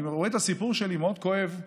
אני רואה את הסיפור שלי כמאוד כואב,